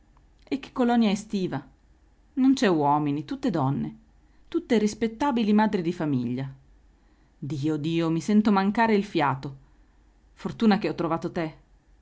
e che colonia estiva non c'è uomini tutte donne tutte rispettabili madri di famiglia dio dio mi sento mancare il fiato fortuna che ho trovato te